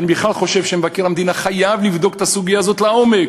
אני בכלל חושב שמבקר המדינה חייב לבדוק את הסוגיה הזאת לעומק: